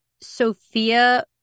Sophia